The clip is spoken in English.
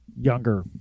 younger